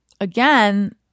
Again